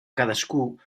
cadascun